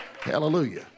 Hallelujah